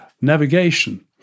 navigation